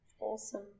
awesome